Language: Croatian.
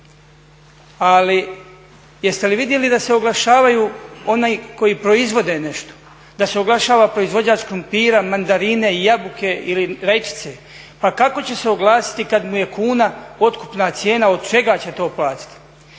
Ali jeste li vidjeli da se oglašavaju oni koji proizvode nešto, da se oglašava proizvođač krumpira, mandarine, jabuke ili rajčice. Pa kako će se oglasiti kad mu je kuna otkupna cijena, od čega će to platiti.